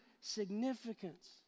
significance